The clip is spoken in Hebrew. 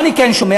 מה אני כן שומע?